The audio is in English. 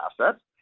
assets